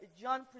John